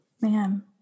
Man